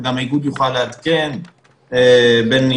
גם האיגוד יוכל לעדכן,